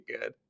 good